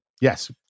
Yes